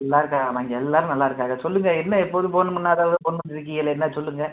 நல்லா இருக்கோம் நாங்கள் எல்லாரும் நல்லாயிருக்காக சொல்லுங்கள் என்ன எப்போதும் ஃபோன் பண்ணாதவங்க ஃபோன் பண்ணிருக்கீகளே என்ன சொல்லுங்கள்